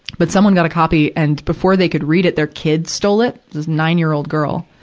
but someone got a copy, and before they could read it, their kid stole it, this nine-year-old girl.